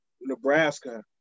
Nebraska